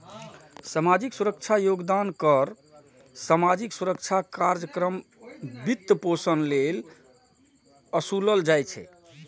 सामाजिक सुरक्षा योगदान कर सामाजिक सुरक्षा कार्यक्रमक वित्तपोषण लेल ओसूलल जाइ छै